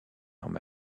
arme